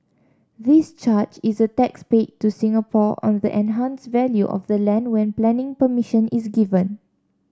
this charge is a tax paid to Singapore on the enhanced value of the land when planning permission is given